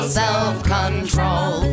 self-control